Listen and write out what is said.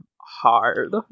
hard